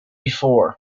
before